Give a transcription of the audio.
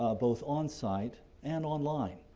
both onsite and online,